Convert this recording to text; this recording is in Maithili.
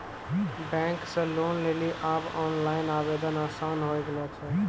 बैंक से लोन लेली आब ओनलाइन आवेदन आसान होय गेलो छै